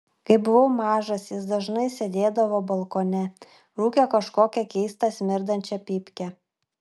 kai buvau mažas jis dažnai sėdėdavo balkone rūkė kažkokią keistą smirdinčią pypkę